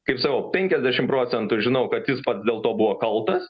kaip sakau penkiasdešimt procentų žinau kad jis pats dėl to buvo kaltas